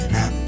Now